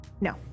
no